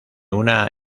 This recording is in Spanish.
una